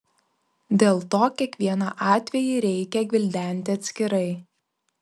dėl to kiekvieną atvejį reikia gvildenti atskirai